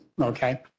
Okay